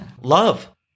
Love